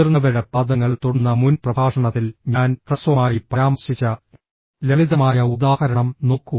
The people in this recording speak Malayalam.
മുതിർന്നവരുടെ പാദങ്ങൾ തൊടുന്ന മുൻ പ്രഭാഷണത്തിൽ ഞാൻ ഹ്രസ്വമായി പരാമർശിച്ച ലളിതമായ ഉദാഹരണം നോക്കൂ